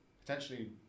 potentially